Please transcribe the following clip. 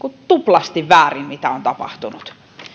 tuplasti väärin se mitä on tapahtunut